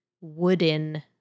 wooden